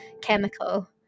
chemical